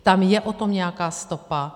Tam je o tom nějaká stopa.